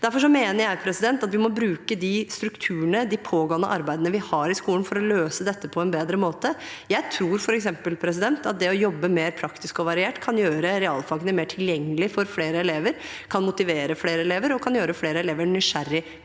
problemer. Derfor må vi bruke de strukturene, de pågående arbeidene vi har i skolen, for å løse dette på en bedre måte. Jeg tror f.eks. at det å jobbe mer praktisk og variert kan gjøre realfagene mer tilgjengelig for flere elever, kan motivere flere elever og kan gjøre flere elever nysgjerrige, bl.a.